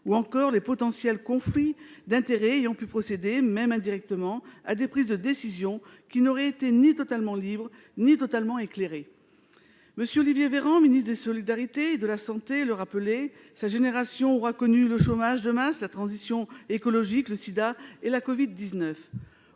ou bien les potentiels conflits d'intérêts ayant pu déboucher, même indirectement, à des prises de décisions ni totalement libres ni totalement éclairées. M. Olivier Véran, ministre des solidarités et de la santé, le rappelait : sa génération aura connu le chômage de masse, la transition écologique, le sida et la covid-19.